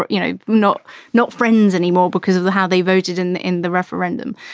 but you know, not not friends anymore because of the how they voted in the in the referendum.